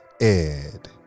Ed